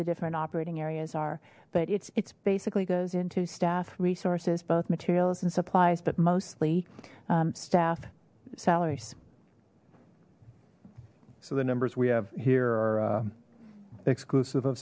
the different operating areas are but it's it's basically goes into staff resources both materials and supplies but mostly staff salaries so the numbers we have here are exclusive of